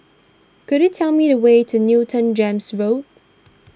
could you tell me the way to Newton Gems North